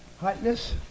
hotness